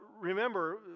remember